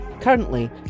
currently